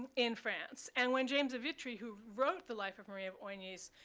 in france. and when james of vitry, who wrote the life of marie of oignies,